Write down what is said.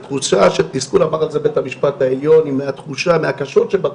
תחושה של תסכול אמר את זה בית המשפט העליון היא מהקשות שבתחושות.